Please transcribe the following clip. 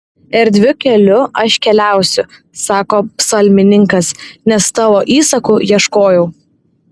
erdviu keliu aš keliausiu sako psalmininkas nes tavo įsakų ieškojau